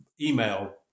email